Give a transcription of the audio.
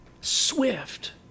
Swift